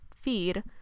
feed